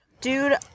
Dude